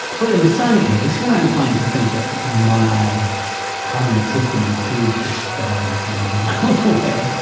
but in the sun case, we're not inclined to think that my cognitive system includes this star that's millions of miles away.